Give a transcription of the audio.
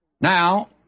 Now